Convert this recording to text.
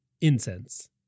Incense